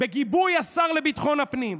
בגיבוי השר לביטחון הפנים.